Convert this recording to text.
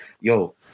yo